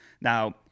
now